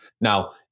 Now